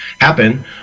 happen